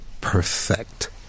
perfect